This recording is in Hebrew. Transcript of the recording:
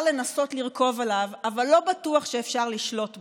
לנסות לרכוב עליו אבל לא בטוח שאפשר לשלוט בו,